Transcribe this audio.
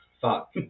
fuck